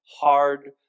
hard